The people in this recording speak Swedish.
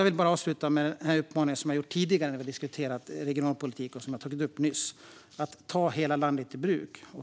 Jag vill avsluta med den uppmaning som jag har framfört tidigare när vi har diskuterat regionalpolitik och som jag tog upp nyss: Ta hela landet i bruk!